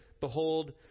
behold